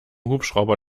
hubschrauber